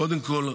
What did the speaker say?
קודם כול,